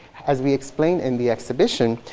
as we explain in the exhibition,